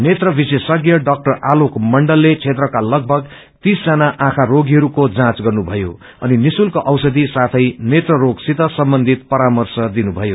नेत्र विशेषज्ञ डा आलोक मण्डलले क्षेत्रका लगभग तीसजना आँखा रोगीहरूको जाँच गर्नुभयो अनि निशुल्क औषधि साथै नेत्र रोगसित सम्बन्धित परामर्श दिनुभयो